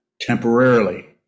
temporarily